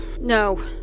No